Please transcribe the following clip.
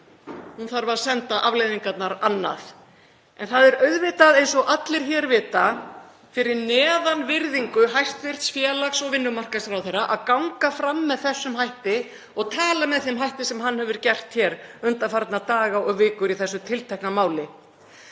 hún þarf að senda afleiðingarnar annað. En það er auðvitað eins og allir hér vita fyrir neðan virðingu hæstv. félags- og vinnumarkaðsráðherra að ganga fram með þessum hætti og tala með þeim hætti sem hann hefur gert hér undanfarna daga og vikur í þessu tiltekna máli.